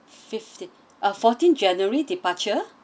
fifteen uh fourteen january departure